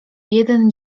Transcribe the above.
jeden